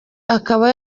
akaba